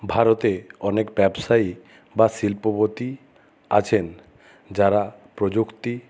ভারতে অনেক ব্যবসায়ী বা শিল্পপতি আছেন যারা প্রযুক্তি